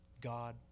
God